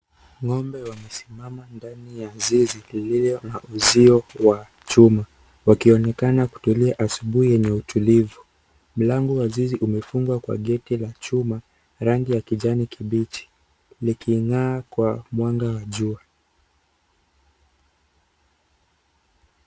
Ngombe wamesimama ndani ya zizi ulio na uzio kwa chuma wakionekana kutulia asubui yenye utulivu . Mlango wa zizi umefungwa kwa keti yenye chuma kwa rangi ya kijani kibichi likingaa Kwa mwanga juu.